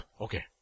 Okay